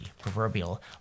proverbial